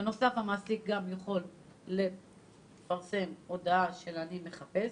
בנוסף, המעסיק יכול לפרסם הודעה של "אני מחפש",